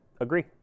Agree